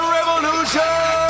Revolution